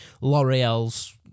L'Oreal's